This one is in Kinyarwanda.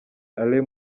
alain